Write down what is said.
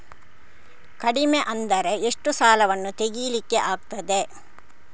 ಕಡಿಮೆ ಅಂದರೆ ಎಷ್ಟು ಸಾಲವನ್ನು ತೆಗಿಲಿಕ್ಕೆ ಆಗ್ತದೆ?